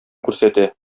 күрсәтә